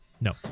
No